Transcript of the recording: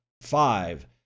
Five